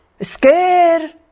scared